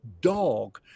dog